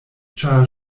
ĉar